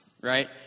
right